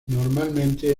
normalmente